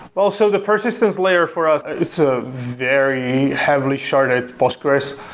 also the persistence layer for us is a very heavily sharded postgres.